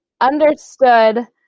understood